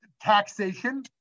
taxation